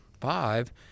five